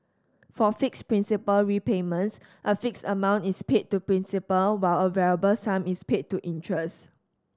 for fixed principal repayments a fixed amount is paid to principal while a variable sum is paid to interest